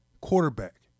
quarterback